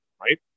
right